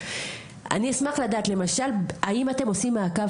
אני אשמח לדעת למשל האם אתם עושים מעקב